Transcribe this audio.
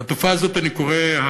לתופעה הזאת אני קורא: